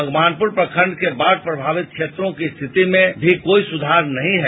मगदानपुर प्रखंड के बाढ़ प्रमावित क्षेत्रों की रिस्थिति में मी कोई सूपार नही है